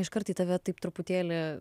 iškart į tave taip truputėlį